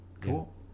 Cool